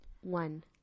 one